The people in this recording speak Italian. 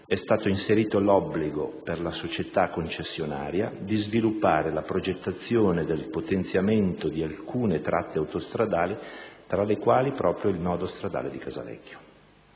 è stato inserito l'obbligo, per la società concessionaria, di sviluppare la progettazione del potenziamento di alcune tratte autostradali, tra le quali il nodo stradale di Casalecchio.